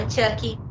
Chucky